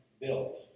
built